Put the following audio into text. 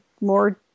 more